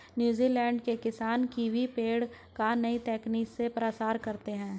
New Zealand के किसान kiwi पेड़ का नई तकनीक से प्रसार करते हैं